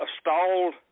stalled